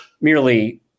merely